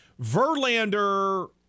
Verlander